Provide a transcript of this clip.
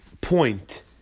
point